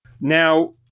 Now